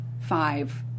five